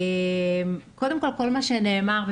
כל מה שנאמר,